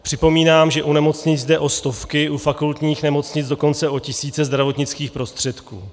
Připomínám, že u nemocnic jde o stovky, u fakultních nemocnic dokonce o tisíce zdravotnických prostředků.